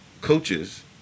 coaches